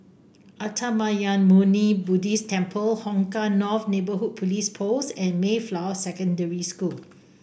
Uttamayanmuni Buddhist Temple Hong Kah North Neighbourhood Police Post and Mayflower Secondary School